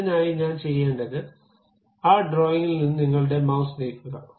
അതിനായി ഞാൻ ചെയ്യേണ്ടത് ആ ഡ്രോയിംഗിൽ നിന്ന് നിങ്ങളുടെ മൌസ് നീക്കുക